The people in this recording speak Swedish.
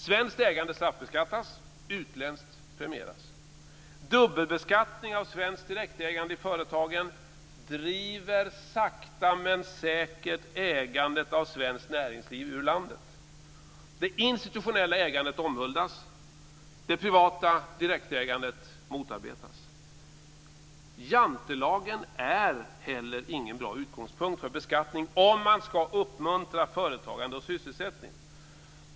Svenskt ägande straffbeskattas, utländskt premieras. Dubbelbeskattning av svenskt direktägande i företagen driver sakta men säkert ägandet av svenskt näringsliv ur landet. Det institutionella ägandet omhuldas; det privata direktägandet motarbetas. Jantelagen är heller ingen bra utgångspunkt för en beskattning om man ska uppmuntra företagande och sysselsättning.